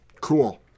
Cool